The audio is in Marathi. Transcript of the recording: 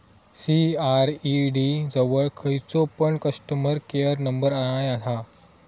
सी.आर.ई.डी जवळ खयचो पण कस्टमर केयर नंबर नाय हा